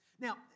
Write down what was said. Now